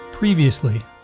Previously